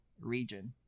region